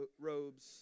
robes